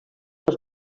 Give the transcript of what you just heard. als